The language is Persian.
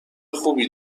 خوبی